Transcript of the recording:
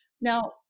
Now